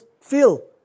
feel